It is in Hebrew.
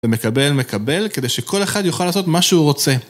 ומקבל מקבל כדי שכל אחד יוכל לעשות מה שהוא רוצה.